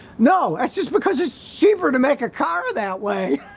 no that's just because it's cheaper to make a car that way,